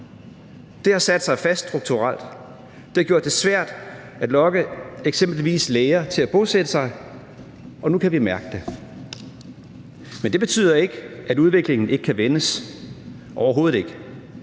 Det har sat sig fast strukturelt. Det har gjort det svært at lokke eksempelvis læger til at bosætte sig der. Nu kan vi mærke det. Men det betyder ikke, at udviklingen ikke kan vendes, overhovedet ikke.